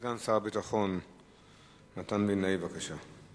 סגן שר הביטחון מתן וילנאי, בבקשה.